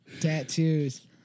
tattoos